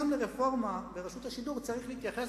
גם לרפורמה ברשות השידור צריך להתייחס